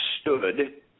stood